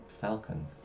falcon